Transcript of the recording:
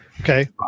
Okay